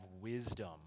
wisdom